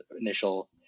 initial